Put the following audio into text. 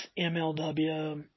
MLW